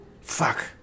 fuck